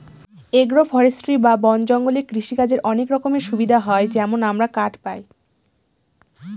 agro forestry বা বন জঙ্গলে কৃষিকাজের অনেক রকমের সুবিধা হয় যেমন আমরা কাঠ পায়